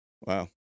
wow